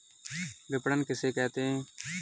विपणन किसे कहते हैं?